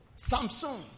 Samsung